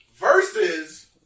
versus